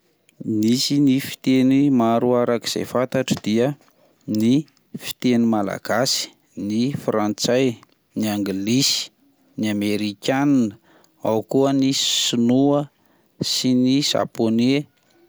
Misy ny fiteny maro araka izay fantatro dia ny fiteny malagasy, ny frantsay, ny anglisy ,ny amerikana, ao ko ny sinoa sy ny japoney.